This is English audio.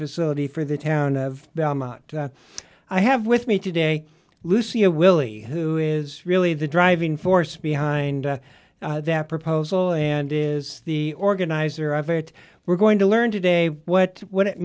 facility for the town of belmont i have with me today lucy a willie who is really the driving force behind that proposal and is the organizer of it we're going to learn today what what it